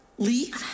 Lee